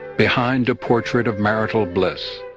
behind a portrait of marital bliss,